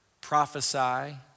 prophesy